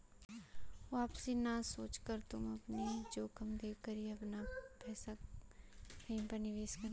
केवल वापसी का ना सोचकर तुम जोखिम देख कर ही अपना पैसा कहीं पर निवेश करना